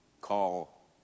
call